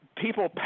People